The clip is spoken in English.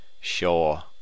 Sure